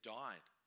died